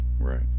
Right